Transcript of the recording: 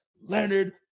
leonard